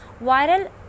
viral